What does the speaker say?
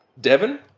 Devon